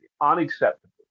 Unacceptable